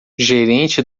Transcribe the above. gerente